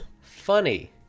funny